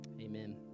amen